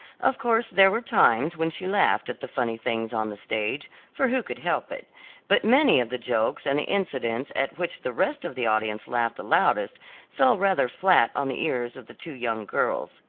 of course there were times when she laughed at the funny things on the stage for who could help it but many of the jokes and the incidents at which the rest of the audience laughed the loudest fell rather flat on the ears of the two young girls.